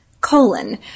colon